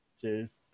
Cheers